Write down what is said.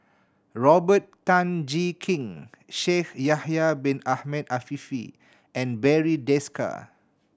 Robert Tan Jee Keng Shaikh Yahya Bin Ahmed Afifi and Barry Desker